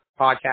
podcast